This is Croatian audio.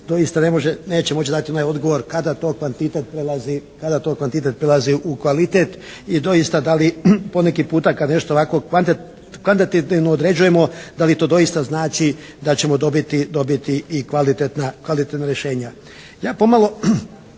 doista neće moći dati onaj odgovor kada to kvantitet prelazi u kvalitet i doista da li poneki puta kada nešto ovako kvantativno određujemo da li to doista znači da ćemo dobiti i kvalitetna rješenja.